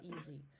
easy